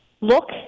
look